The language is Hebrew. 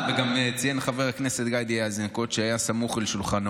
גם ציין חבר הכנסת גדי איזנקוט שהיה סמוך על שולחנו,